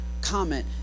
comment